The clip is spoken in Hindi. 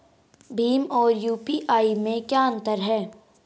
भीम और यू.पी.आई में क्या अंतर है?